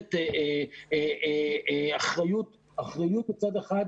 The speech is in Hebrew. בהחלט אחריות מצד אחד,